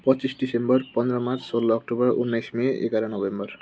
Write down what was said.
पच्चिस दिसम्बर पन्ध्र मार्च सोह्र अक्टोबर उन्नाइस मे एघार नोभेम्बर